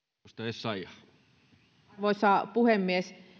arvoisa puhemies